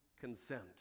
consent